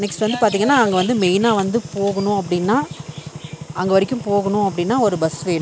next வந்து பார்த்தீங்கன்னா அங்கே வந்து மெய்னாக வந்து போகணும் அப்படின்னா அங்கே வரைக்கும் போகணும் அப்படின்னா ஒரு பஸ் வேணும்